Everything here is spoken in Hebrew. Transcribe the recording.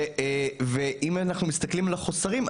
ואם אנחנו מסתכלים על החוסרים,